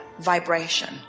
vibration